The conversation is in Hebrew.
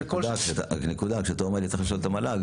נקודה: כשאתה אומר לי שצריך לשאול את המל"ג